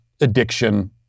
addiction